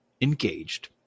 engaged